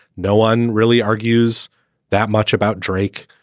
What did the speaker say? no one really argues that much about drake.